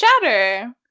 shatter